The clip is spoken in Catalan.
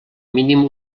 mínim